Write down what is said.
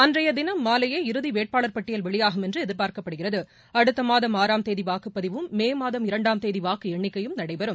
அன்றையதினம் மாஎலபே இறதி வேட்பாளர் பட்டியல் வெளியாகும் என்று எதிர்பார்க்கப்படுகிறது தேதிவாக்குப்பதிவும் மே மாதம் இரண்டாம் தேதி வாக்கு எண்னிக்கையும் நளடபெறும்